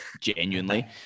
genuinely